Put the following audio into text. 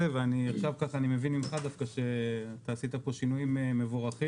ואני עכשיו ככה אני מבין ממך דווקא שאתה עשית פה שינויים מבורכים,